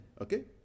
okay